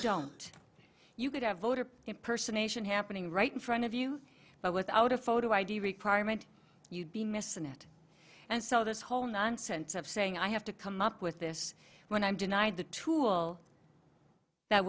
don't you could have voter impersonate happening right in front of you but without a photo id requirement you'd be missing it and so this whole nonsense of saying i have to come up with this when i'm denied the tool that